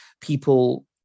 people